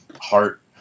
heart